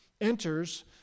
enters